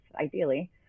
ideally